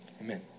Amen